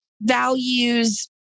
values